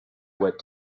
what